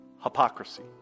Hypocrisy